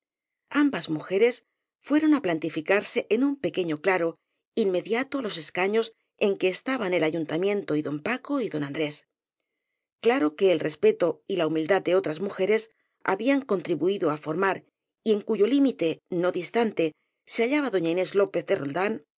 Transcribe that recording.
ambas mujeres fueron á plantificar se en un pequeño claro inmediato á los escaños en que estaban el ayuntamiento y don paco y don andrés claro que el respeto y la humildad de otras mujeres habían contribuido á formar y en cuyo lí mite no distante se hallaba doña inés lópez de roldán